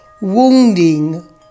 wounding